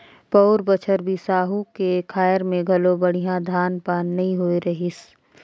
पउर बछर बिसाहू के खायर में घलो बड़िहा धान पान नइ होए रहीस